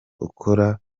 ukora